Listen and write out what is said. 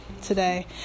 today